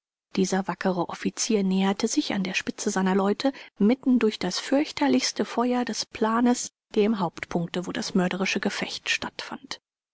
dieser wackere offizier näherte sich an der spitze seiner leute mitten durch das fürchterlichste feuer des planes dem hauptpunkte wo das mörderische gefecht stattfand